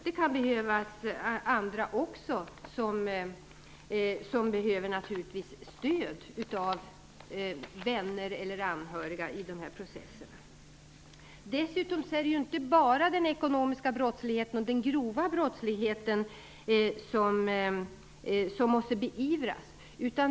Det kan finnas andra som också behöver stöd av vänner eller anhöriga i dessa processer. Dessutom är det inte bara den ekonomiska brottsligheten och den grova brottsligheten som måste beivras.